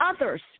others